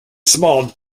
small